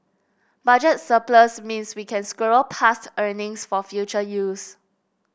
budget surplus means we can squirrel past earnings for future use